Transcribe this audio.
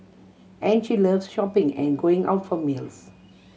and she loves shopping and going out for meals